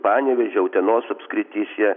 panevėžio utenos apskrityse